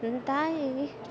ನನ್ನ ತಾಯಿ